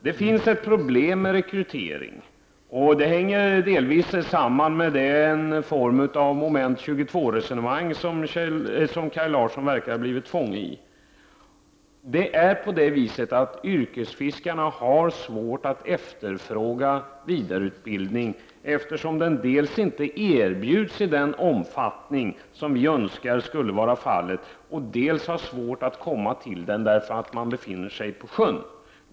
Det finns ett problem med rekryteringen, och det hänger delvis samman med den form av Moment 22-resonemang som Kaj Larsson verkar ha blivit fånge i. Yrkesfiskarna har svårt att efterfråga vidareutbildning, dels därför att den inte erbjuds i den omfattning som vi önskar, dels därför att yrkesfiskarna har svårt att komma till den eftersom de befinner sig på sjön.